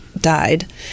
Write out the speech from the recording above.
died